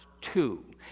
two